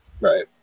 Right